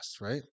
right